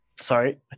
sorry